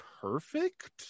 perfect